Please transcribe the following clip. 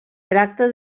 tracta